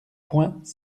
poings